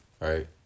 Right